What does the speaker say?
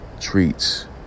treats